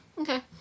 Okay